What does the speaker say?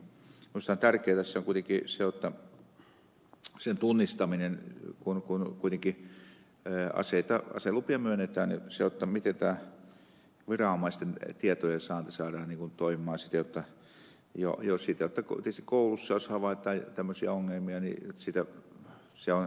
minusta tässä on kuitenkin tärkeää sen tunnistaminen kun kuitenkin aselupia myönnetään miten viranomaisten tietojensaanti saadaan toimimaan siten jotta jos jo koulussa havaitaan tämmöisiä ongelmia niin se on sitten tiedossa